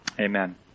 Amen